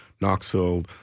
Knoxville